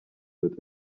wird